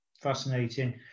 Fascinating